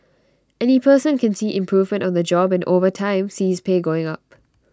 any person can see improvement on the job and over time see his pay going up